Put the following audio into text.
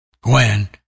Gwen